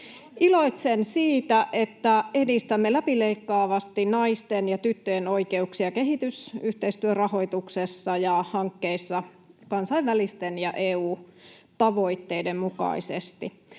Iloitsen siitä, että edistämme läpileikkaavasti naisten ja tyttöjen oikeuksia kehitysyhteistyörahoituksessa ja hankkeissa kansainvälisten ja EU:n tavoitteiden mukaisesti.